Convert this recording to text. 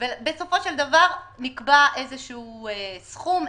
בסופו של דבר נקבע איזשהו סכום,